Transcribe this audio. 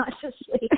consciously